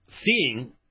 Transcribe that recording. seeing